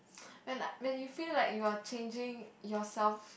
when like when you feel like you're changing yourself